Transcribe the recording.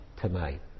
tonight